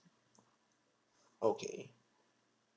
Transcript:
okay